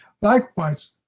Likewise